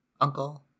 Uncle